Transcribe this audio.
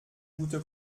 gute